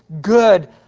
good